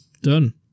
Done